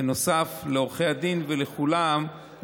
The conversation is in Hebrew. בנוסף לעורכי הדין ולכולם,